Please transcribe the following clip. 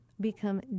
become